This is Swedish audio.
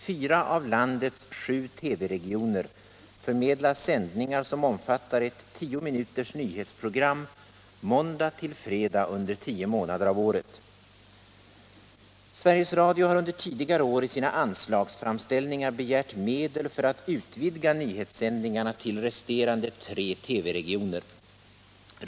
Fyra av landets sju TV-regioner förmedlar sändningar, som omfattar ett tio minuters nyhetsprogram måndag-fredag under tio månader av året. Sveriges Radio har under tidigare år i sina anslagsframställningar begärt medel för att utvidga nyhetssändningarna till resterande tre TV-regioner.